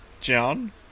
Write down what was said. John